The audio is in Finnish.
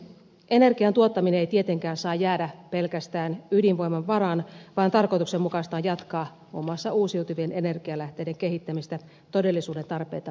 energian tuottaminen ei tietenkään saa jäädä pelkästään ydinvoiman varaan vaan tarkoituksenmukaista on jatkaa muun muassa uusiutuvien energialähteiden kehittämistä todellisuuden tarpeita palveleviksi